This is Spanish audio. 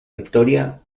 victoria